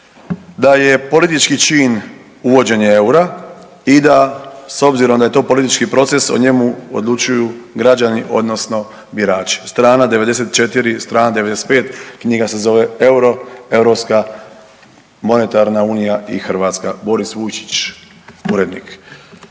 da je politički čin uvođenje eura i da s obzirom da je to politički proces, o njemu odlučuju građani odnosno birači, strana 94, strana 95, knjiga se zove Euro – Europska monetarna unija i Hrvatska, Boris Vujčić, urednik.